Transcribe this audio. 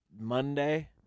Monday